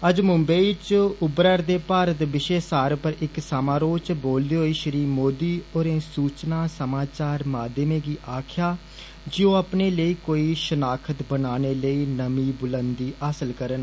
अज्ज मुम्बई च उब्बरदे भारत विशय पर इक समारोह च बोलदे होई श्री मोदी होरें सूचना समाचार माध्यमें गी आक्खेआ जे ओ अपने लेई कोई षनाख्त बनाने लेई नमीं बुलंदी हासल करन